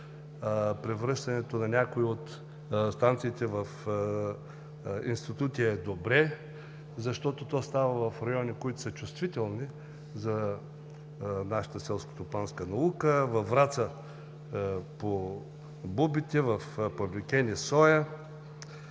превръщането на някои от станциите в институти е добре, защото става в райони, които са чувствителни за нашата селскостопанска наука: във Враца – бубите, в Павликени –